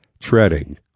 treading